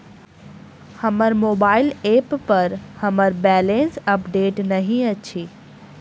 हमर mobile app पर हमर बैलेंस अपडेट नहि अछि